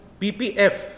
PPF